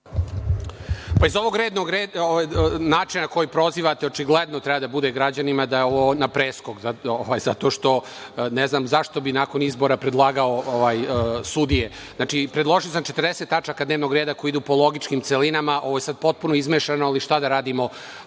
Iz ovog načina na koji prozivate očigledno treba da bude građanima da je ovo na preskok, zato što ne znam zašto bih nakon izbora predlagao sudije. Znači, predložio sam 40 tačaka dnevnog reda koje idu po logičkim celinama. Ovo je sad potpuno izmešano, ali šta da radimo,